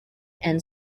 and